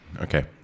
okay